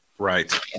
Right